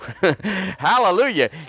hallelujah